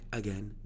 again